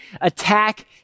attack